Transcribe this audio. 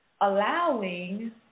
allowing